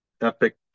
epic